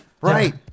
Right